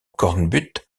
cornbutte